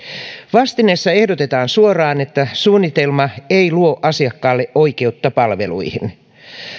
vastineessa ehdotetaan suoraan että suunnitelma ei luo asiakkaalle oikeutta palveluihin